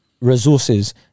resources